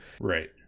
Right